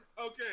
Okay